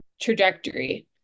trajectory